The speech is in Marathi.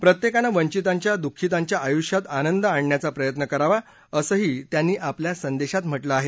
प्रत्येकाने वंचितांच्या दुःखितांच्या आयुष्यात आनंद आणण्याचा प्रयत्न करावा असंही त्यांनी आपल्या संदेशात म्हटलं आहे